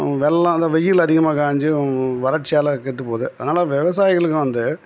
வெள்ளம் இந்த வெயில் அதிகமாக காய்ஞ்சும் வறட்சியால் கெட்டு போகுது அதனால் விவசாயிகளுக்கு வந்து